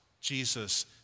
Jesus